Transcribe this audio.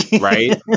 Right